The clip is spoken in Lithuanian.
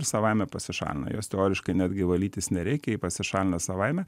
ir savaime pasišalina jos teoriškai netgi valytis nereikia pasišalina savaime